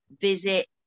visit